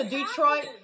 Detroit